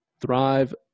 Thrive